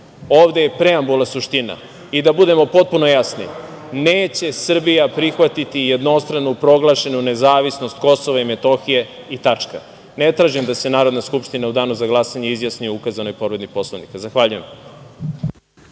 Ovde je preambula suština. Da budemo potpuno jasni, neće Srbija prihvatiti jednostrano proglašenu nezavisnost Kosova i Metohije i tačka. Ne tražim da se Narodna skupština u danu za glasanje izjasni o ukazanoj povredi Poslovnika. Zahvaljujem.